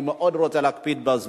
אני מאוד רוצה להקפיד על הזמן,